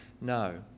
No